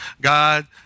God